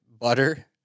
butter